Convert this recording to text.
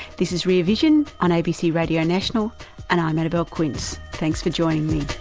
this is rear vision, on abc radio national and i'm annabelle quince. thanks for joining me